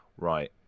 Right